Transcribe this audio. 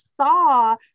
saw